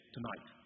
Tonight